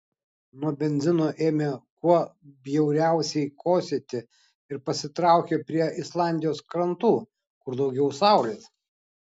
nuo benzino ėmė kuo bjauriausiai kosėti ir pasitraukė prie islandijos krantų kur daugiau saulės